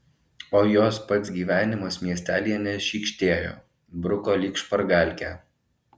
o jos pats gyvenimas miestelyje nešykštėjo bruko lyg špargalkę